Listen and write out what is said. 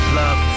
love